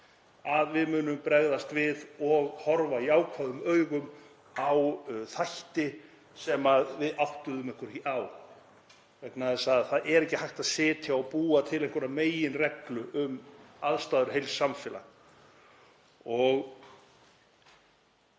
að við munum bregðast við og horfa jákvæðum augum á þætti sem við áttuðum okkur ekki á vegna þess að það er ekki hægt að sitja og búa til einhverja meginreglu um aðstæður heils samfélags.